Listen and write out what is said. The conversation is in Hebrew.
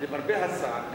למרבה הצער,